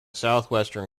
southwestern